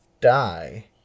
die